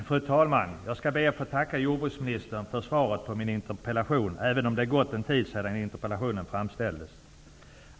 Fru talman! Jag ber att få tacka jordbruksministern för svaret på min interpellation, även om det gått en tid sedan den framställdes.